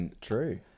True